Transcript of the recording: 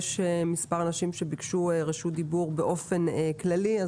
יש כמה אנשים שביקשו רשות דיבור באופן כללי.